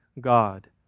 God